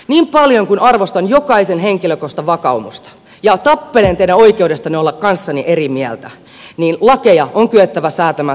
niin paljon kuin arvostan jokaisen henkilökohtaista vakaumusta ja tappelen teidän oikeudestanne olla kanssani eri mieltä niin lakeja on kyettävä säätämään tosiasioiden pohjalta